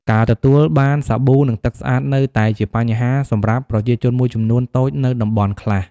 ការទទួលបានសាប៊ូ និងទឹកស្អាតនៅតែជាបញ្ហាសម្រាប់ប្រជាជនមួយចំនួនតូចនៅតំបន់ខ្លះ។